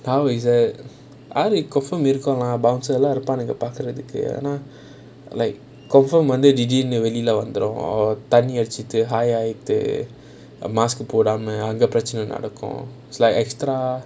now is the ஆளு:aalu confirm இருப்பானுங்க:iruppaanunga bouncer இருகாங்க பாக்குறதுக்கு ஆனா:irukaanga paakurathukku aanaa like confirm வெளில வந்துடும் தண்ணி அடிச்சிட்டு:velila vanthudum thanni adichittu high ஆயிட்டு:aayittu mask போடாம அங்க பிரச்னை நடக்கும்:podaamaa anga pirachanai nadakum is like extra